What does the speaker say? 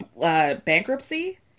bankruptcy